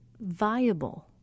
viable